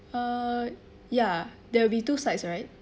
uh ya there will be two sides right